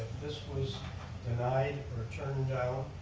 this was denied or turned